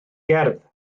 gerdd